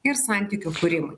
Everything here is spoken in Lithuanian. ir santykių kūrimui